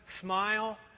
Smile